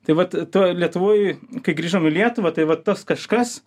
tai vat toj lietuvoj kai grįžom į lietuvą tai vat tas kažkas